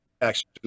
action